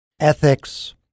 ethics